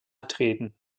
treten